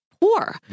poor